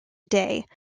day